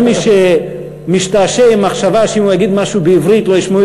מי שמשתעשע במחשבה שאם הוא יגיד משהו בעברית לא ישמעו